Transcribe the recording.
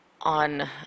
on